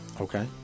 Okay